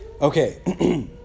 Okay